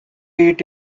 eat